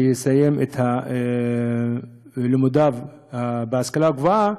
שיסיים את לימודיו בהשכלה הגבוהה,